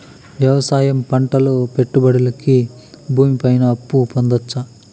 వ్యవసాయం పంటల పెట్టుబడులు కి భూమి పైన అప్పు పొందొచ్చా?